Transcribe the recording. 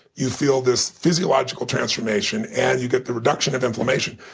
you feel this physiological transformation, and you get the reduction of inflammation.